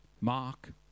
Mark